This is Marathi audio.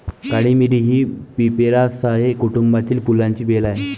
काळी मिरी ही पिपेरासाए कुटुंबातील फुलांची वेल आहे